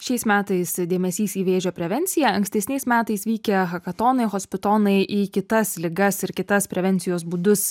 šiais metais dėmesys į vėžio prevenciją ankstesniais metais vykę hakatonai hospitonai į kitas ligas ir kitas prevencijos būdus